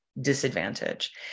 disadvantage